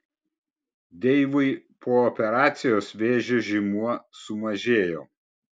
deivui po operacijos vėžio žymuo sumažėjo